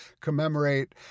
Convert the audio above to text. commemorate